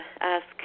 ask